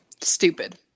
Stupid